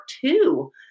two